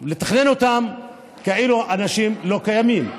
לתכנן אותם כאילו אנשים לא קיימים.